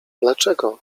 dlaczego